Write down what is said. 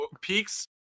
peaks